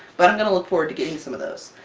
but i'm gonna look forward to getting some of those.